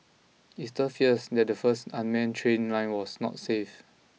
it stirred fears that the first unmanned train line was not safe